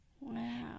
Wow